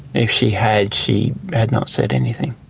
if she had she had not said anything.